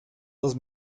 dos